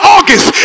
August